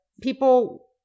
people